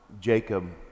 Jacob